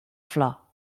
flor